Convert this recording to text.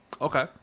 okay